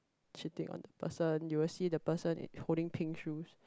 shitting on the person you will see the person it holding pink shoes